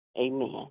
Amen